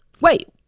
Wait